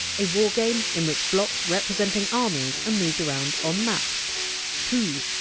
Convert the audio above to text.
a war game in which blocks representing armies are moved around on maps two.